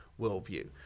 worldview